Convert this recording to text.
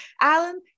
Alan